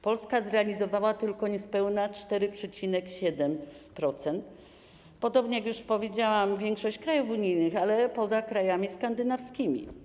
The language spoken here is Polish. Polska zrealizowała tylko niespełna 4,7%, podobnie jak - jak już powiedziałam - większość krajów unijnych, poza krajami skandynawskimi.